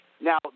Now